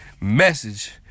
Message